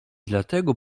dlatego